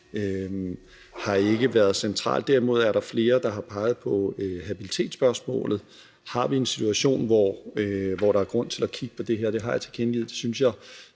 har ikke været centralt. Derimod er der flere, der har peget på habilitetsspørgsmålet. Har vi en situation, hvor der er grund til at kigge på det her? Det har jeg tilkendegivet